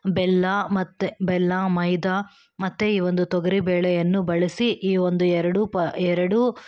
ಬೆಲ್ಲ ಮತ್ತು ಬೆಲ್ಲ ಮೈದಾ ಮತ್ತು ಈ ಒಂದು ತೊಗರಿ ಬೇಳೆಯನ್ನು ಬಳಸಿ ಈ ಒಂದು ಎರಡೂ ಪ ಎರಡೂ